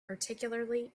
particularly